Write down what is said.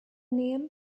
name